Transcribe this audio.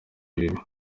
ibibi